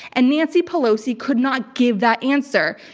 and nancy pelosi could not give that answer.